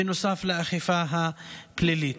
בנוסף לאכיפה הפלילית.